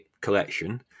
collection